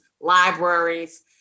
libraries